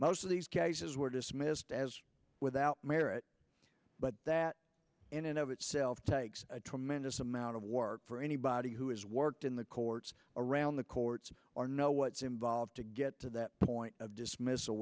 most of these cases were dismissed as without merit but that in and of itself takes a tremendous amount of work for anybody who has worked in the courts around the courts or know what's involved to get to that point of dismiss